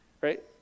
right